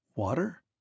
water